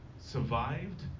survived